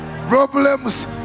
problems